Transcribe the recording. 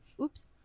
Oops